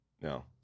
No